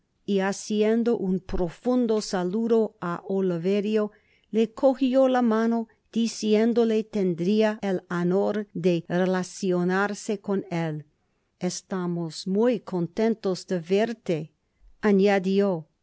y haciendo un profundo saludo á oliverio le cojió la mano diciéndole tendria el honor de relacionarse con él estamos muy contentos de verte añadió